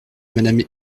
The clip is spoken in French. madame